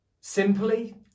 simply